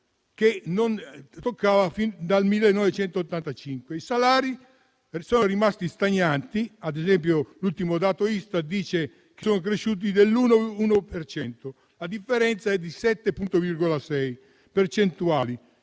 che non toccava fin dal 1985. I salari sono rimasti stagnanti: ad esempio, l'ultimo dato Istat dice che sono cresciuti dell'1,1 per cento; la differenza è di 7,06 punti percentuali.